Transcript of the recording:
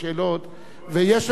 ויש לך שאלות רבות,